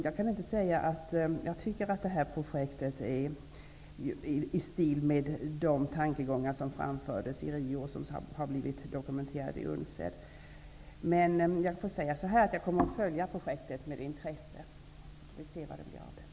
Jag tycker att detta projekt är i stil med de tankegångar som framfördes i Rio och som sedan har blivit dokumenterade i UNCSTED. Jag kommer att följa detta projekt med intresse för att se vad det blir av det.